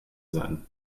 sein